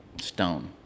Stone